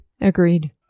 Agreed